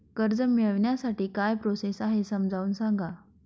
कर्ज मिळविण्यासाठी काय प्रोसेस आहे समजावून सांगा